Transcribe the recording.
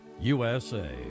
USA